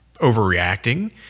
overreacting